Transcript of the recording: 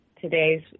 today's